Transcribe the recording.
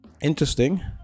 interesting